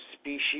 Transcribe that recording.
species